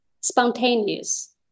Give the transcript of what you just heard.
spontaneous